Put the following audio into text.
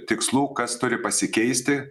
tikslų kas turi pasikeisti